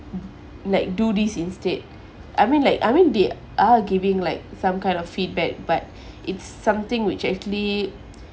like do this instead I mean like I mean they are giving like some kind of feedback but it's something which actually